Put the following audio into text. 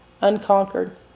Unconquered